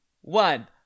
one